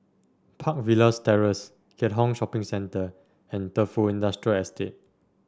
Park Villas Terrace Keat Hong Shopping Centre and Defu Industrial Estate